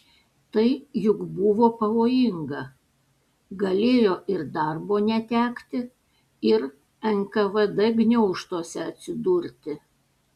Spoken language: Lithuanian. tai juk buvo pavojinga galėjo ir darbo netekti ir nkvd gniaužtuose atsidurti